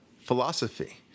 philosophy